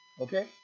okay